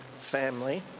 family